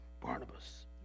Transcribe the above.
Barnabas